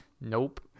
Nope